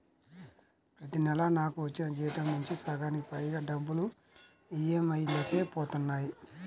ప్రతి నెలా నాకు వచ్చిన జీతం నుంచి సగానికి పైగా డబ్బులు ఈఎంఐలకే పోతన్నాయి